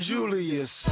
Julius